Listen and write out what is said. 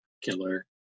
killer